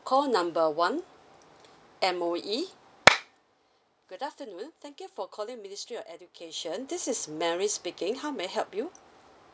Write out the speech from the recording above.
call number one M_O_E good afternoon thank you for calling ministry of education this is mary speaking how may I help you